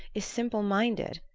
is simple-minded,